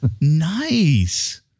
Nice